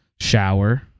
shower